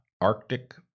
Arctic-